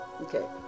Okay